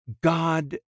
God